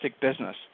business